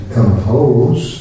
compose